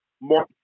more